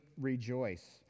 rejoice